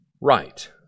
right